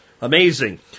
Amazing